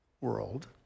world